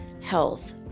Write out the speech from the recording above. health